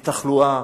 מתחלואה,